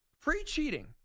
pre-cheating